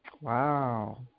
Wow